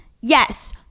yes